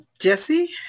jesse